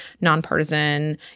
nonpartisan